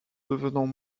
devenant